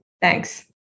Thanks